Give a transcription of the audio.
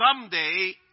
someday